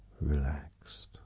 ...relaxed